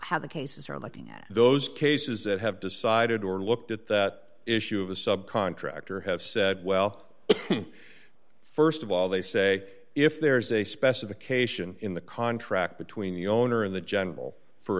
how the cases are looking at those cases that have decided or looked at that issue of a subcontractor have said well first of all they say if there is a specification in the contract between the owner and the